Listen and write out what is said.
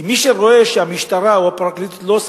כי מי שרואה שהמשטרה או הפרקליטות לא עושות